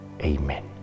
Amen